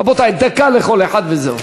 רבותי, דקה לכל אחד, וזהו.